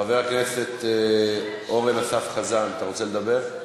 חבר הכנסת אורן אסף חזן, אתה רוצה לדבר?